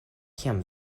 kiam